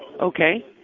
Okay